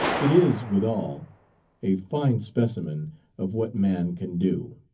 it is, withal, a fine specimen of what man can do.